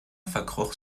verkroch